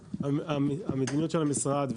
המדיניות של המשרד,